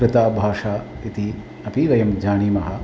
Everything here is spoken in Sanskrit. कृता भाषा इति अपि वयं जानीमः